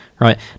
right